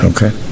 Okay